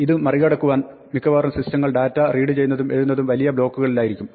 ഇത് മറികടക്കുവാൻ മിക്കവാറും സിസ്റ്റങ്ങൾ ഡാറ്റ റീഡ് ചെയ്യുന്നതും എഴുതുന്നതും വലിയ ബ്ലോക്കുകളിലായിരിക്കും